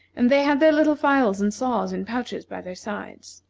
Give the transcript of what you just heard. and they had their little files and saws in pouches by their sides.